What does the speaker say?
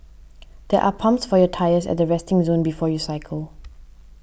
there are pumps for your tyres at the resting zone before you cycle